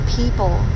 people